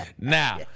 Now